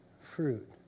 fruit